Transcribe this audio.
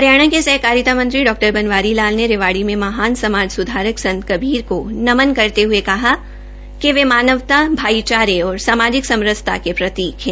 हरियाणा के सहकारिता मंत्री डॉ बनवारी लाल ने रेवाड़ी में महान समाज सुधारक संत कबीर दास को नमन करते हुए कहा कि संत कबीर दास मानवता भाईचारे और सामाजिक समरसता के प्रतीक हैं